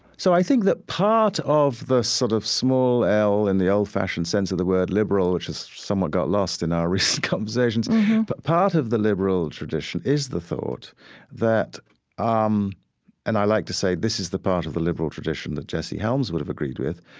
so i think that part of the sort of small l in the old-fashioned sense of the word liberal, which has somewhat got lost in our recent conversations but part of the liberal tradition is the thought that um and i like to say this is the part of the liberal tradition that jesse helms would have agreed with,